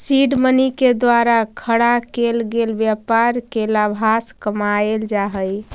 seed money के द्वारा खड़ा केल गेल व्यापार से लाभांश कमाएल जा हई